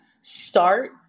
start